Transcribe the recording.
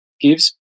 gives